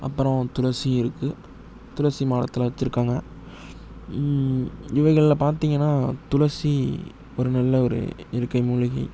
அப்புறோம் துளசி இருக்குது துளசி மாடத்தில் வெச்சுருக்காங்க இவைகளில் பார்த்தீங்கன்னா துளசி ஒரு நல்ல ஒரு இயற்கை மூலிகை